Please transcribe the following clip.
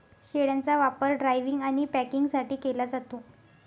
शेळ्यांचा वापर ड्रायव्हिंग आणि पॅकिंगसाठी केला जातो